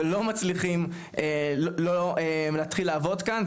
ולא מצליחים להתחיל לעבוד כאן.